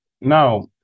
now